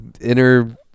Inner